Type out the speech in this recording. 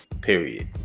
period